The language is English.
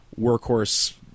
workhorse